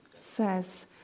says